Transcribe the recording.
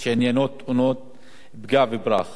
כי מעשהו זה של הנוהג הבורח